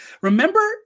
Remember